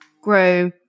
grow